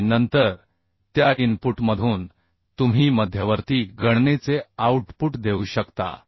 आणि नंतर त्या इनपुटमधून तुम्ही मध्यवर्ती गणनेचे आउटपुट देऊ शकता